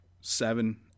seven